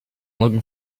looking